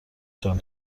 جان